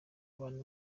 bantu